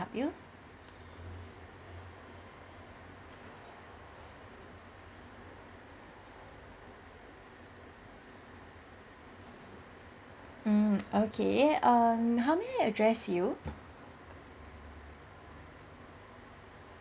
help you mm okay err how may I address you